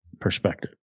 perspective